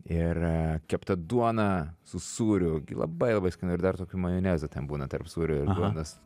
ir kepta duona su sūriu gi labai labai skanu ir dar tokiu majonezu ten būna tarp sūrio ir duonos